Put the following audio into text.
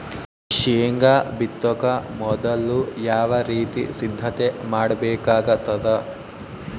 ಶೇಂಗಾ ಬಿತ್ತೊಕ ಮೊದಲು ಯಾವ ರೀತಿ ಸಿದ್ಧತೆ ಮಾಡ್ಬೇಕಾಗತದ?